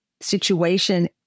situation